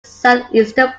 southeastern